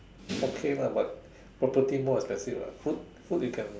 okay lah but property more expensive lah food food you can